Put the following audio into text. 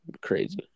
crazy